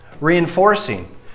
reinforcing